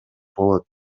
болот